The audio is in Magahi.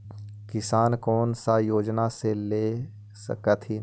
किसान कोन सा योजना ले स कथीन?